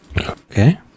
Okay